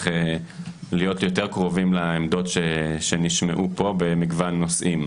להיות יותר קרובים לעמדות שנשמעו פה במגוון נושאים.